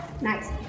Nice